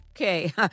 Okay